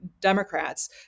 Democrats